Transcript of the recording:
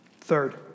Third